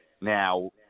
Now